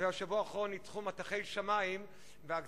מפני שבשבוע האחרון ניתכו מטחי שמים,